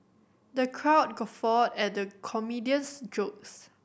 the crowd guffawed at the comedian's jokes